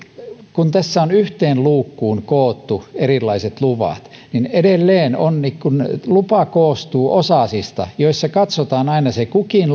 kun tässä on yhteen luukkuun koottu erilaiset luvat niin edelleen lupa koostuu osasista joissa katsotaan aina se kukin